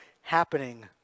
happening